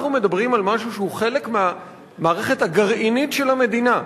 אנחנו מדברים על משהו שהוא חלק מהמערכת הגרעינית של המדינה.